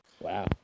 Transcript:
Wow